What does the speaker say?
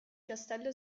castello